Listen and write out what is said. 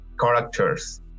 characters